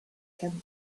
can